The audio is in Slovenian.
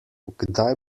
kdaj